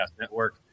Network